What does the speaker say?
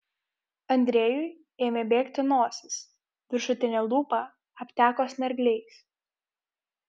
andrejui ėmė bėgti nosis viršutinė lūpa apteko snargliais